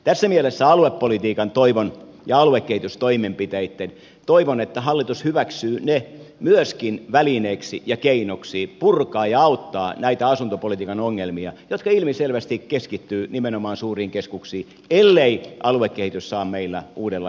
tässä mielessä toivon että hallitus hyväksyy aluepolitiikan ja aluekehitystoimenpiteet myöskin välineeksi ja keinoksi purkaa ja auttaa näitä asuntopolitiikan ongelmia jotka ilmiselvästi keskittyvät nimenomaan suuriin keskuksiin ellei aluekehitys saa meillä uudenlaista suuntaa